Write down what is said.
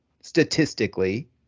statistically